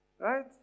Right